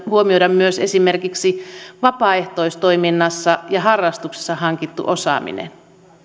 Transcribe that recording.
huomioida myös esimerkiksi vapaaehtoistoiminnassa ja harrastuksissa hankittu osaaminen